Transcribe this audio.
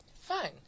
Fun